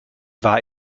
war